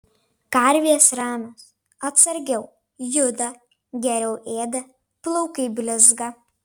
karvės ramios atsargiau juda geriau ėda plaukai blizga